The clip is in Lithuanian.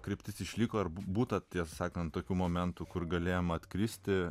kryptis išliko arba būta tiesą sakant tokių momentų kur galėjome atkristi